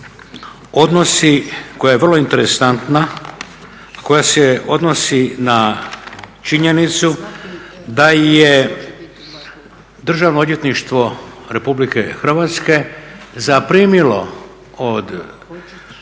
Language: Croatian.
koja je vrlo interesantna, koja se odnosi na činjenicu da je Državno odvjetništvo Republike Hrvatske zaprimilo od